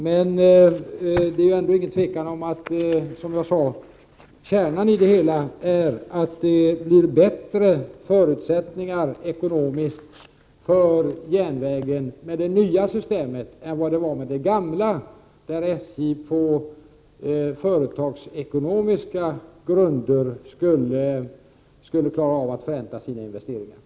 Men det är ingen tvekan om att, som jag sade, kärnan i det hela är att det blir bättre förutsättningar ekonomiskt för järnvägen med det nya systemet än vad det var med det gamla, där SJ på företagsekonomiska grunder skulle klara av att förränta sina investeringar.